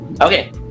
Okay